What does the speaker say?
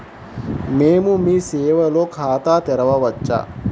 మేము మీ సేవలో ఖాతా తెరవవచ్చా?